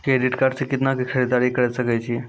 Credit card से कितना के खरीददारी करे सकय छियै?